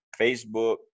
facebook